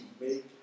make